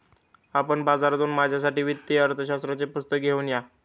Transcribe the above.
आपण बाजारातून माझ्यासाठी वित्तीय अर्थशास्त्राचे पुस्तक घेऊन या